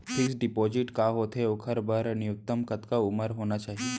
Fix deposit का होथे ओखर बर न्यूनतम कतका उमर होना चाहि?